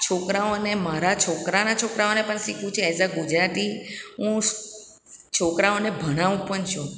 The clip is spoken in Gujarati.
છોકરાઓને મારા છોકરાના છોકરાઓને પણ શીખવું છે એઝ અ ગુજરાતી હું છોકરાઓને ભણાવું પણ છું